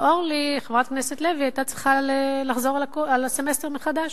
וחברת הכנסת אורלי לוי היתה צריכה לחזור על הסמסטר מחדש.